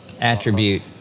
attribute